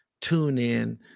TuneIn